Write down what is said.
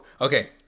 Okay